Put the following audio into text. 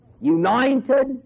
united